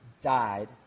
died